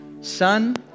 son